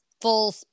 full